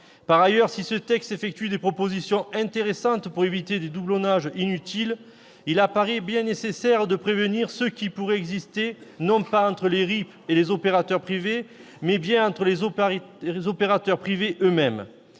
Par ailleurs, si ce texte formule des propositions intéressantes pour éviter des doublons inutiles, il apparaît bien nécessaire de prévenir ceux qui pourraient exister non pas entre les RIP et les opérateurs privés, mais bien entre les opérateurs privés eux-mêmes.